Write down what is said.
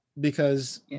because-